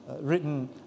written